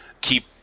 keep